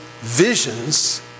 visions